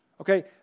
Okay